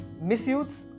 misuse